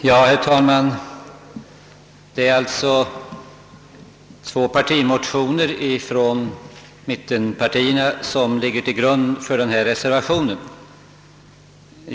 Herr talman! Det är alltså två partimotioner ifrån mittenpartierna som ligger till grund för denna reservation.